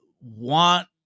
want